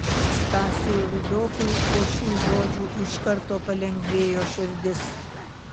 stasiui rudokui po šių žodžių iš karto palengvėjo širdis